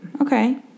Okay